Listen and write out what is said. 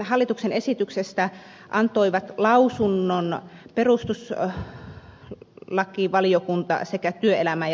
hallituksen esityksestä antoivat lausunnon perustuslakivaliokunta sekä työelämä ja